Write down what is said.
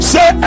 Say